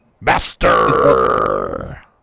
Master